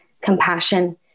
compassion